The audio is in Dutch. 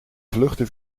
vluchten